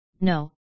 No